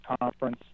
Conference